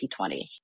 2020